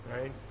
right